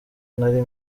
nari